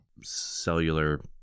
cellular